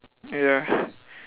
ya